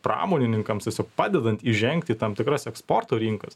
pramonininkams tiesiog padedant įžengti į tam tikras eksporto rinkas